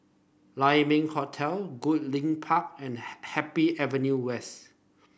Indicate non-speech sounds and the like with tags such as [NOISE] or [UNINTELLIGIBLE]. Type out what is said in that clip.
Lai Ming Hotel Goodlink Park and [UNINTELLIGIBLE] Happy Avenue West